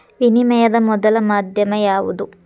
ವಿನಿಮಯದ ಮೊದಲ ಮಾಧ್ಯಮ ಯಾವ್ದು